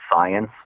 science